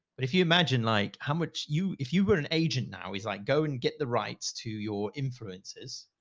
but if you imagine like how much you, if you were an agent now, he's like, go and get the rights to your influences.